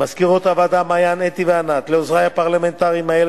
למזכירות הוועדה מעיין,